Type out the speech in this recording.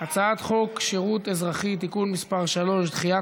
הצעת חוק שירות אזרחי (תיקון מס' 3) (דחיית